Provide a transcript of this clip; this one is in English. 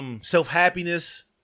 self-happiness